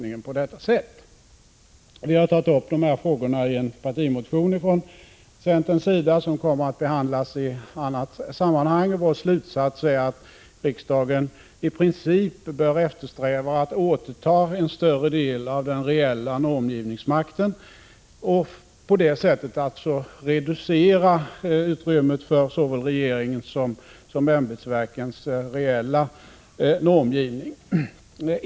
Vi har från centerns sida tagit upp dessa frågor i en partimotion, som kommer att behandlas i annat sammanhang. Vår slutsats är att riksdagen i princip bör eftersträva att återta en större del av den reella normgivningsmakten och på det sättet reducera utrymmet för såväl regeringens som ämbetsverkens reella normgivning.